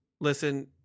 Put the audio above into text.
listen